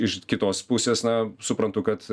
iš kitos pusės na suprantu kad